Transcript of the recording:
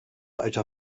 alter